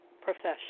profession